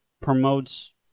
promotes